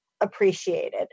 appreciated